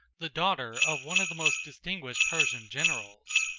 the daughter of one of the most distinguished persian generals.